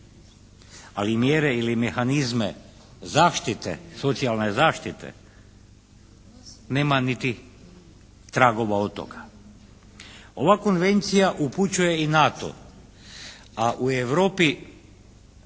Ali mjere ili mehanizme zaštite, socijalne zaštite nema niti tragova od toga. Ova konvencija upućuje i na to a u Europi